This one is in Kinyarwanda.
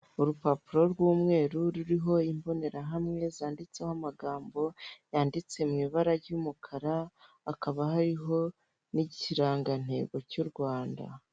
Urupapuro rw'umweru ruriho imbonerahamwe zanditseho amagambo yanditse mu ibara ry'umukara, hakaba hariho n'ikirangantego cy'u Rwanda.